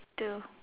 two